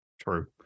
True